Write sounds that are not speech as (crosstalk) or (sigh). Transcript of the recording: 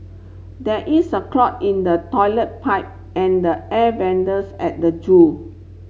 there is a clog in the toilet pipe and the air (unintelligible) at the zoo